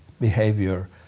behavior